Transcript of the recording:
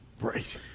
Right